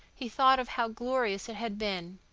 he thought of how glorious it had been,